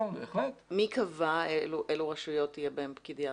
מי קבע באילו רשויות יהיה פקיד יערות?